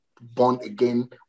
born-again